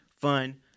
fun